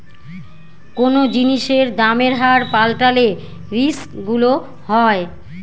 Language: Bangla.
কোনো জিনিসের দামের হার পাল্টালে রিস্ক গুলো হয়